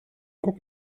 guck